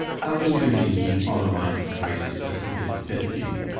how eagerly ye follow my disgraces as if it fed ye,